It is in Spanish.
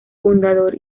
fundador